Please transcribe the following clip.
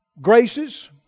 graces